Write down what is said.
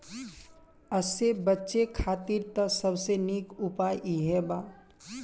एसे बचे खातिर त सबसे निक उपाय इहे बा